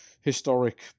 historic